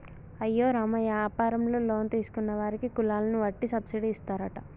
అయ్యో రామ యాపారంలో లోన్ తీసుకున్న వారికి కులాలను వట్టి సబ్బిడి ఇస్తారట